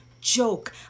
joke